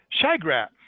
Shagrat